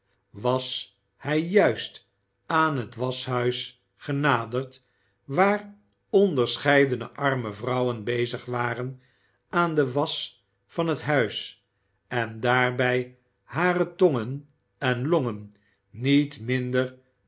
was hij juist aan het waschhuis genaderd waar onderscheidene arme vrouwen bezig waren aan de wasch van het huis en daarbij hare tongen en longen niet minder